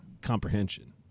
comprehension